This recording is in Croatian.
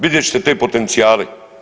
Vidjet ćete te potencijale.